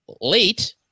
late